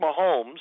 Mahomes